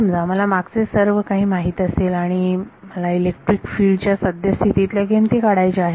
समजा मला मागचे सर्व काही माहीत असेल आणि मला इलेक्ट्रिक फिल्ड च्या सद्यस्थितीतल्या किमती काढायच्या आहेत